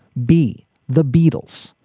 b the beatles.